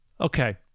Okay